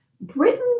Britain